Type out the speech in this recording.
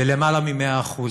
ביותר מ-100%.